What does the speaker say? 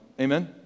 Amen